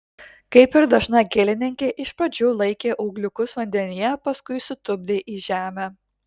kaip ir dažna gėlininkė iš pradžių laikė ūgliukus vandenyje paskui sutupdė į žemę